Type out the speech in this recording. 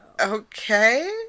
Okay